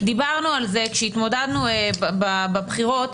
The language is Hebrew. כשהתמודדנו בבחירות,